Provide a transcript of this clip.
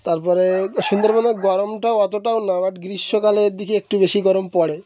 তারপরে সুন্দরবনের গরমটাও অতোটাও না বাট গ্রীষ্মকালের দিকে একটু বেশি গরম পড়ে